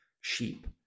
sheep